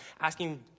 asking